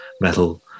metal